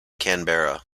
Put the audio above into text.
canberra